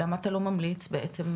למה אתה לא ממליץ בעצם,